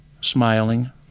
smiling